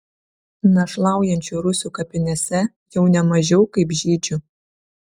našlaujančių rusių kapinėse jau ne mažiau kaip žydžių